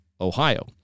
Ohio